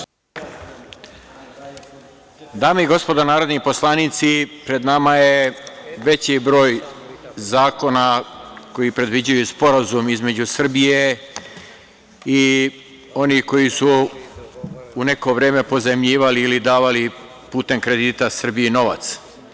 Dame i gospodo narodni poslanici, pred nama je veći broj zakona koji predviđaju sporazume između Srbije i onih koji su u neko vreme pozajmljivali ili davali putem kredita Srbiji novac.